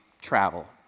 travel